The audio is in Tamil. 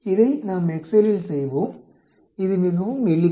இதை நாம் எக்செல்லில் செய்வோம் இது மிகவும் எளிது